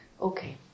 Okay